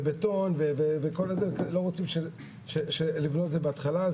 ובטון ולא רוצים לבנות את זה בהתחלה.